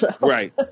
Right